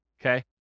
okay